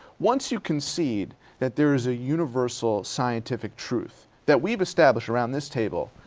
once you concede that there is a universal scientific truth that we've established around this table,